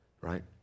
right